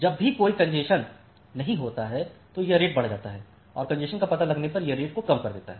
जब भी कोई कॅन्जेशन नहीं होती है तो यह रेट बढ़ जाती है और कॅन्जेशन का पता लगाने पर यह रेट को कम कर देता है